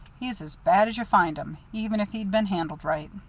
he's as bad as you find em. even if he'd been handled right